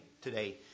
today